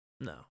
No